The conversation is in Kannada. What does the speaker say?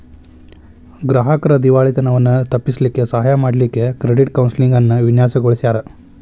ಗ್ರಾಹಕ್ರ್ ದಿವಾಳಿತನವನ್ನ ತಪ್ಪಿಸ್ಲಿಕ್ಕೆ ಸಹಾಯ ಮಾಡ್ಲಿಕ್ಕೆ ಕ್ರೆಡಿಟ್ ಕೌನ್ಸೆಲಿಂಗ್ ಅನ್ನ ವಿನ್ಯಾಸಗೊಳಿಸ್ಯಾರ್